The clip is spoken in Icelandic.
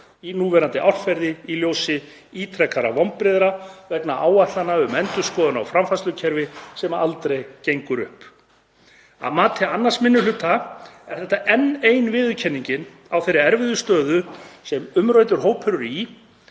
í núverandi árferði í ljósi ítrekaðra vonbrigða vegna áætlana um endurskoðun á framfærslukerfi sem aldrei gengur upp. Að mati 2. minni hluta er þetta enn ein viðurkenning á þeirri erfiðu stöðu sem umræddur hópur er í,